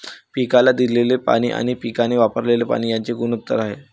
पिकाला दिलेले पाणी आणि पिकाने वापरलेले पाणी यांचे गुणोत्तर आहे